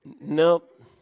nope